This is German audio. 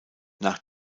nach